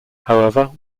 however